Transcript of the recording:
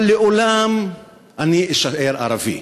אבל לעולם אני אשאר ערבי.